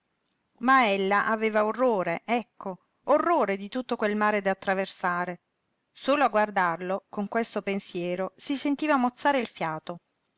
sorte ma ella aveva orrore ecco orrore di tutto quel mare da attraversare solo a guardarlo con questo pensiero si sentiva mozzare il fiato